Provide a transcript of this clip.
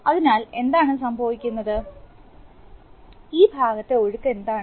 അതിനാൽ എന്താണ് സംഭവിക്കുന്നത് ഈ ഭാഗത്തെ ഒഴുക്ക് എന്താണ്